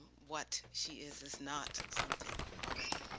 what she is is not something already.